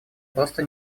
просто